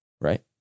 Right